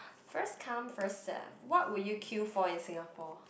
first come first serve what would you queue for in Singapore